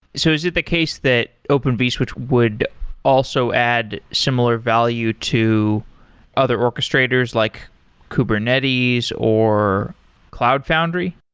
so is it the case that open vswitch would also add similar value to other orchestrators, like kubernetes, or cloud foundry?